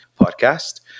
podcast